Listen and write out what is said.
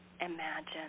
Imagine